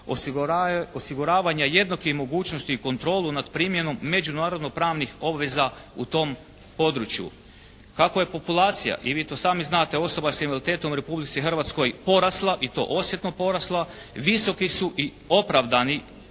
osiguravanja jednake mogućnosti i kontrolu nad primjenom međunarodnopravnih obveza u tom području. Kako je populacija, i vi to sami znate, osoba sa invaliditetom u Republici Hrvatskoj porasla i to osjetno porasla visoki su i opravdani